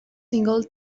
single